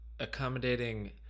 accommodating